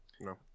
No